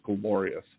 glorious